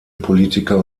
politiker